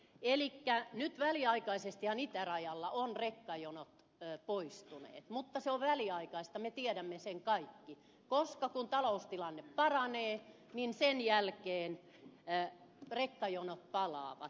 elikkä nyt väliaikaisestihan itärajalla ovat rekkajonot poistuneet mutta se on väliaikaista me tiedämme sen kaikki koska kun taloustilanne paranee sen jälkeen rekkajonot palaavat